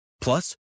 Plus